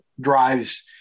drives